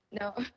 no